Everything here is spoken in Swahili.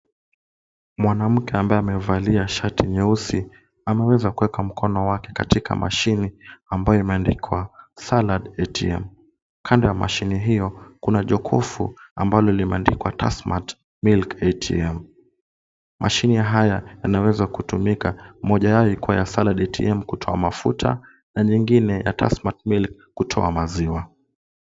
Mwanamke ambaye amevalia shati nyeusi ameweza kuweka mkono wake katika mashini ambayo imeandikwa salad ATM . Kando ya mashini hiyo, kuna jokofu ambalo limeandikwa Tasmat milk ATM . Mashini haya yanaweza kutumika moja yao ikiwa ya salad ATM kutoa mafuta na nyingine ya tasmat milk ya kutoa maziwa.